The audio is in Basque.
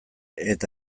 eta